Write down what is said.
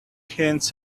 hens